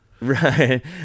Right